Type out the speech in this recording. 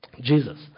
Jesus